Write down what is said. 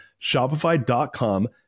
Shopify.com